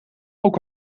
ook